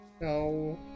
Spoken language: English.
No